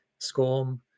SCORM